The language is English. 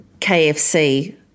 KFC